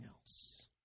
else